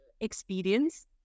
experience